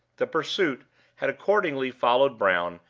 the pursuit had accordingly followed brown,